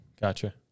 Gotcha